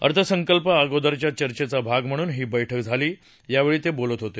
अर्थसंकल्पा अगोदरच्या चर्चेचा भाग म्हणून ही बैठक झाली त्यावेळी ते बोलत होते